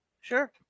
Sure